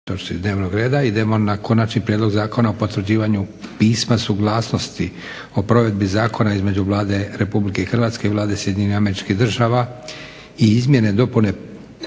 **Leko, Josip (SDP)** Idemo na - Konačni prijedlog zakona o potvrđivanju Pisma suglasnosti o provedbi zakona između Vlade Republike Hrvatske i Vlade Sjedinjenih Američkih Država i izmjene i dopune